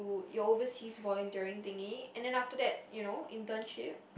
you your overseas voluntary thingy and then after that you know internship